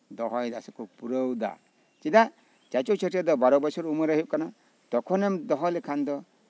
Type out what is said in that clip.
ᱫᱚᱦᱚᱭᱮᱫᱟ ᱠᱚ ᱥᱮ ᱯᱩᱨᱟᱹᱣᱫᱟ ᱪᱮᱫᱟᱜ ᱪᱟᱪᱳ ᱪᱷᱟᱹᱴᱭᱟᱹᱨ ᱫᱚ ᱵᱟᱨᱚ ᱵᱚᱪᱷᱚᱨ ᱩᱢᱮᱹᱨ ᱨᱮ ᱦᱩᱭᱩᱜ ᱠᱟᱱᱟ ᱩᱱ ᱛᱷᱚᱱᱮᱢ ᱫᱚᱦᱚ ᱞᱮᱠᱷᱟᱱ ᱫᱚ